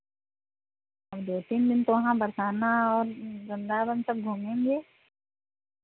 और दो तीन दिन तो वहाँ बरसाना और वृन्दावन सब घूमेंगे